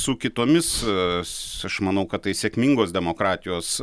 su kitomis a aš manau kad tai sėkmingos demokratijos